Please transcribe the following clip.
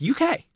UK